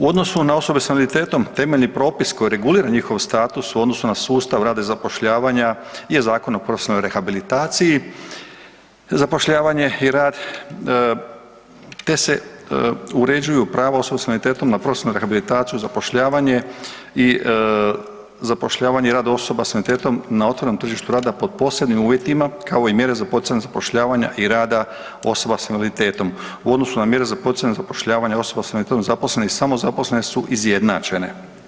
U odnosu na osobe s invaliditetom temeljni propis koji regulira njihov status u odnosu na sustav rada i zapošljavanja je Zakon o profesionalnoj rehabilitaciji i zapošljavanju i rad te se uređuju prava osoba s invaliditetom na profesionalnu rehabilitaciju i zapošljavanje i rad osoba sa invaliditetom na otvorenom tržištu rada pod posebnim uvjetima kao i mjere poticanja zapošljavanja i rada osoba s invaliditetom u odnosu na mjere za poticanje zapošljavanja osoba s invaliditetom zaposlene i samozaposlene su izjednačene.